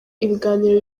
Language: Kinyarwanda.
ibiganiro